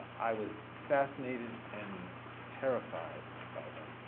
i was fascinated and terrified by them,